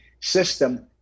system